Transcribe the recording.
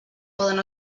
poden